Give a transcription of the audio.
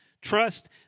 Trust